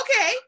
okay